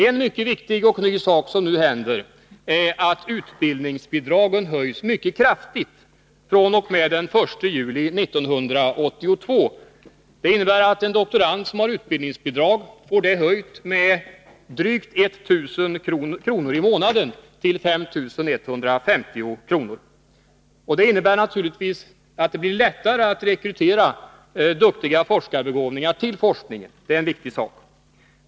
En viktig sak som nu händer är att utbildningsbidragen höjs mycket kraftigt fr.o.m. den 1 juli 1982. En doktorand som har utbildningsbidrag får det höjt med drygt 1000 kr. i månaden till 5 150 kr. Det innebär naturligtvis att det blir lättare att rekrytera duktiga forskarbegåvningar till forskningen.